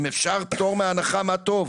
אם אפשר פטור מהנחה מה טוב,